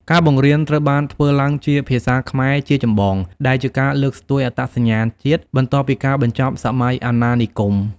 ការបង្រៀនត្រូវបានធ្វើឡើងជាភាសាខ្មែរជាចម្បង ដែលជាការលើកស្ទួយអត្តសញ្ញាណជាតិបន្ទាប់ពីការបញ្ចប់សម័យអាណានិគម។